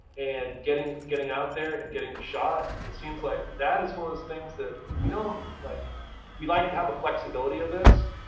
and getting getting out there, and getting shot, it seems like that is one of those things that we don't like we like to have the flexibility of this,